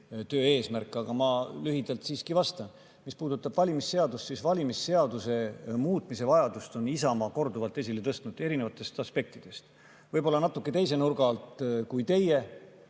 töö eesmärk, aga ma lühidalt siiski vastan. Mis puudutab valimisseadust, siis valimisseaduse muutmise vajadust on Isamaa korduvalt esile tõstnud erinevate aspektide puhul, võib-olla natuke teise nurga alt kui teie